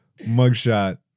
Mugshot